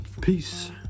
peace